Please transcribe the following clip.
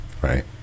Right